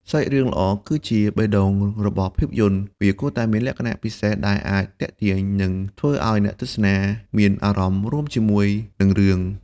សាច់រឿងល្អ គឺជាបេះដូងរបស់ភាពយន្ត វាគួរតែមានលក្ខណៈពិសេសដែលអាចទាក់ទាញ និងធ្វើឲ្យអ្នកទស្សនាមានអារម្មណ៍រួមជាមួយនឹងរឿង។